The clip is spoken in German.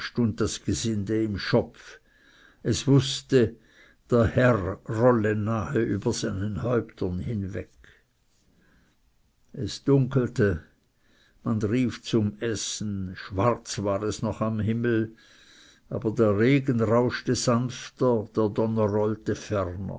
das gesinde im schopf es wußte der herr rolle nahe über seinen häuptern weg es dunkelte man rief zum essen schwarz war es noch am himmel aber der regen rauschte sanfter der donner rollte